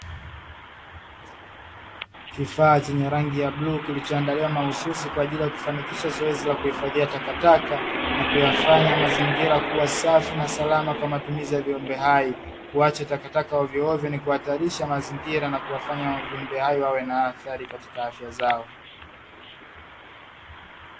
Kifaa chenye rangi ya bluu kilichoandaliwa mahususi kwa ajili ya kufanikisha zoezi la kuhifadhia takataka na kuyafanya mazingira kuwa safi na salama kwa matumizi ya viumbe hai. Kuacha takataka ovyoovyo ni kuhatarisha mazingira na kuwafanya viumbe hai wawe na athari katika afya zao.